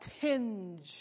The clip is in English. tinge